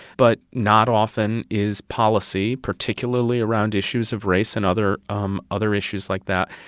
but not often is policy, particularly around issues of race and other um other issues like that,